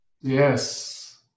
Yes